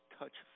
touch